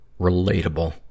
relatable